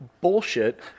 bullshit